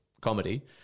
comedy